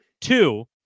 Two